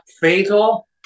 fatal